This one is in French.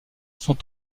sont